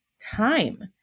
time